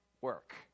work